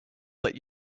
that